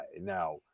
now